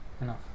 enough